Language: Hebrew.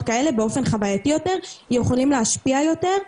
כאלה באופן חווייתי יותר יכולים להשפיע יותר.